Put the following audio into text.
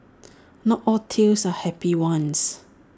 not all tales are happy ones